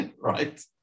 right